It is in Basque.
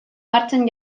martxan